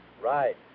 Right